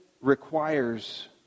requires